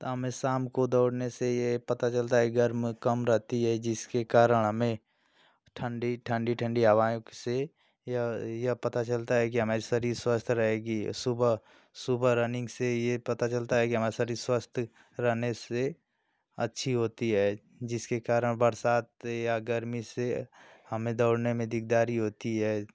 तो हमें शाम को दौड़ने से यह पता चलता है कि गर्मी कम रहती है जिसके कारण हमें ठंडी ठंडी ठंडी हवाों से या यह पता चलता है कि हमें शरीर स्वस्थ रहेगा और सुबह सुबह रनिंग से यह पता चलता है कि हमारा शरीर स्वस्थ रहने से अच्छा होता है जिसके कारण बरसात या गर्मी से हमें दोड़ने में दिकदारी होती है